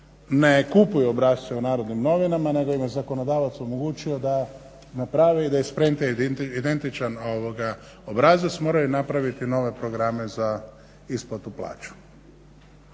ne kupuju obrasce u Narodnim novinama nego im je zakonodavac omogućio da naprave i da isprintaju identičan obrazac, moraju napraviti nove programe za isplatu plaće.